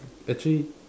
actually